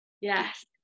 yes